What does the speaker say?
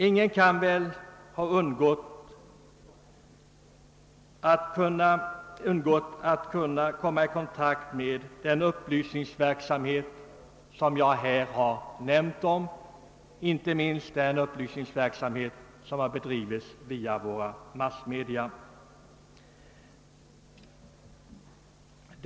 Ingen kan väl ha undgått att komma i kontakt med den upplysningsverksamhet som jag här har nämnt om, inte minst den upplysningsverksamhet som har bedrivits via vår massmedia.